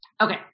Okay